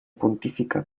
pontificia